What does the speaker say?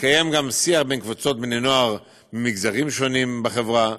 התקיים גם שיח בין קבוצות בני נוער ממגזרים שונים בחברה,